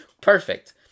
Perfect